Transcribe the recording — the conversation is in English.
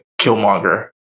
Killmonger